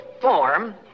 form